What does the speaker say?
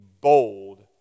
bold